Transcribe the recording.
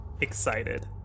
excited